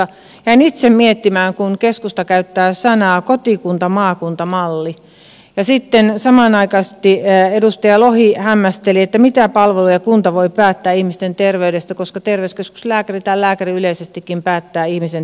jäin itse miettimään kun keskusta käyttää sanaa kotikuntamaakunta malli ja sitten samanaikaisesti edustaja lohi hämmästeli mitä palveluja kunta voi päättää ihmisten terveydestä koska terveyskeskuslääkäri tai lääkäri yleisestikin päättää ihmisen terveydestä